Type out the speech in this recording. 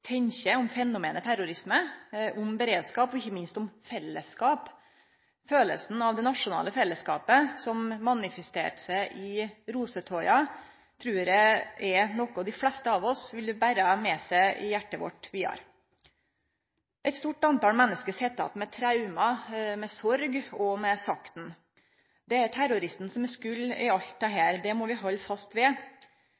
tenkjer om fenomenet terrorisme, om beredskap og – ikkje minst – om fellesskap. Følelsen av det nasjonale fellesskapet, som manifesterte seg i rosetoga, trur eg er noko dei fleste av oss vil bere med seg i hjartet sitt vidare. Ei stor mengd menneske sit att med traume, sorg og sakn. Det er terroristen som er skuld i alt dette,